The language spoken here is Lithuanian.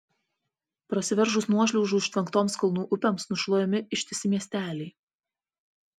prasiveržus nuošliaužų užtvenktoms kalnų upėms nušluojami ištisi miesteliai